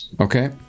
Okay